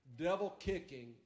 devil-kicking